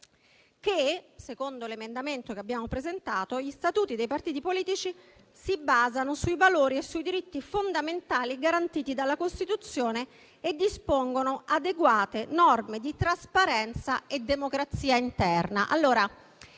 che - secondo l'emendamento che abbiamo presentato - si basano sui valori e sui diritti fondamentali garantiti dalla Costituzione e dispongono adeguate norme di trasparenza e democrazia interna.